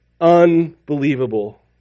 unbelievable